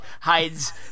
hides